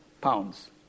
pounds